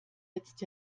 jetzt